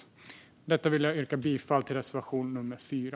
Med detta vill jag yrka bifall till reservation nummer 4.